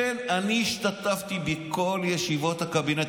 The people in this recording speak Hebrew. דקה, לכן השתתפתי בכל ישיבות הקבינט.